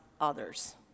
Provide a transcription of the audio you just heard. others